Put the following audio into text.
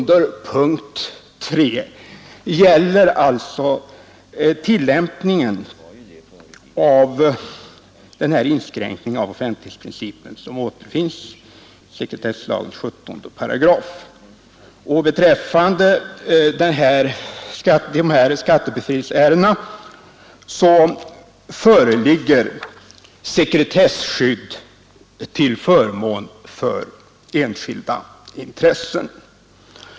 Beträffande de här skattebefrielseärendena föreligger sekretesskydd 26 april 1973 till förmån för enskilda intressen.